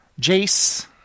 Jace